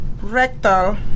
rectal